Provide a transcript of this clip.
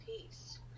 peace